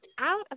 out